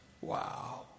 Wow